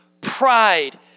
pride